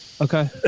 Okay